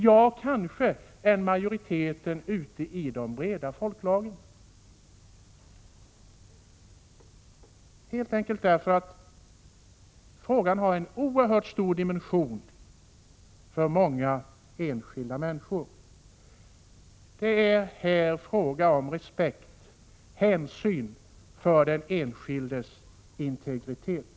Vi kan inte göra det när det gäller den här frågan helt enkelt därför att den har en oerhört stor dimension för många enskilda människor. Det är här fråga om respekt för och hänsyn till den enskildes integritet.